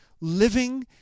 living